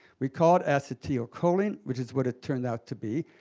we call it acetylocholine, which is what it turned out to be,